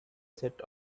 set